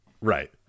Right